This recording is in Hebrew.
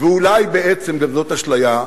ואולי בעצם גם זאת אשליה,